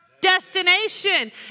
destination